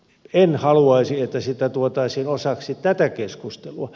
en haluaisi että sitä tuotaisiin osaksi tätä keskustelua